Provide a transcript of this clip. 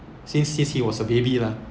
since since he was a baby lah